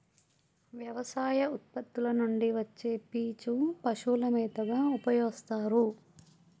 వ్యవసాయ ఉత్పత్తుల నుండి వచ్చే పీచు పశువుల మేతగా ఉపయోస్తారు